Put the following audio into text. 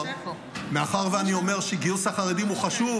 מאחר שאני אומר שגיוס החרדים הוא חשוב,